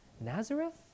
Nazareth